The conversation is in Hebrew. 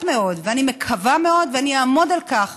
מאוד ואני מקווה מאוד ואני אעמוד על כך